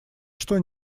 что